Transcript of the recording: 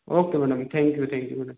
okay madam thank you thank you madam